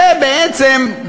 זה בעצם,